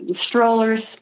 strollers